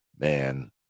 Man